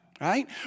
Right